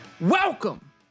Welcome